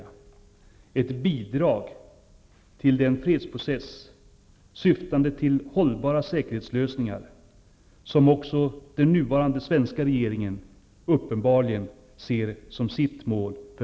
Det är ett bidrag till den fredsprocess syftande till hållbara säkerhetslösningar som den nuvarande svenska regeringen uppenbarligen ser som sitt mål för